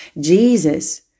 Jesus